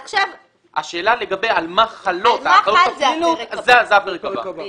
השאלה על מה חלה האחריות הפלילית וזה הפרק הבא.